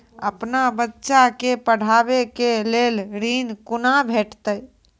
अपन बच्चा के पढाबै के लेल ऋण कुना भेंटते?